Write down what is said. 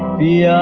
the